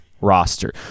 roster